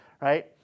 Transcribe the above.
right